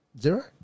Zero